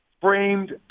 framed